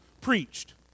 preached